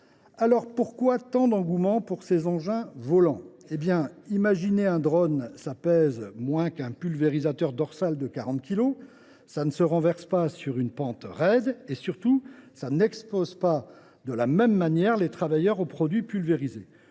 Alors, pourquoi tant d’engouement pour ces engins volants ? Eh bien, imaginez : un drone pèse moins qu’un pulvérisateur dorsal de quarante kilogrammes, ne se renverse pas sur une pente raide et, surtout, n’expose pas de la même manière les travailleurs aux produits pulvérisés.